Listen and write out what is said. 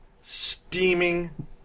steaming